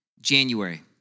January